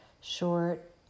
short